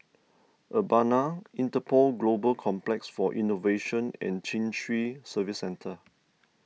Urbana Interpol Global Complex for Innovation and Chin Swee Service Centre